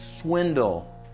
swindle